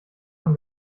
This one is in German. von